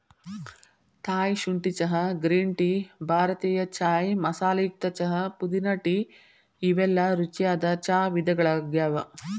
Thai ಶುಂಠಿ ಚಹಾ, green tea, ಭಾರತೇಯ ಚಾಯ್ ಮಸಾಲೆಯುಕ್ತ ಚಹಾ, ಪುದೇನಾ ಟೇ ಇವೆಲ್ಲ ರುಚಿಯಾದ ಚಾ ವಿಧಗಳಗ್ಯಾವ